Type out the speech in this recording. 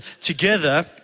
together